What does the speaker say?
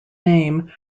name